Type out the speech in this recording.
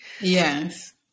Yes